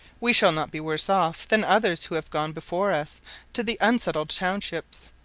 we shall not be worse off than others who have gone before us to the unsettled townships,